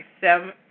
seven